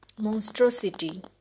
monstrosity